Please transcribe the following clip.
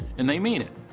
and they mean it.